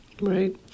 Right